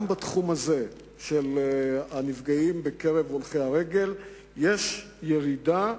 גם בתחום הזה של הנפגעים בקרב הולכי הרגל יש ירידה,